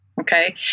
Okay